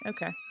Okay